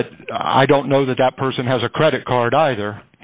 but i don't know that that person has a credit card either